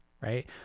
right